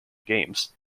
games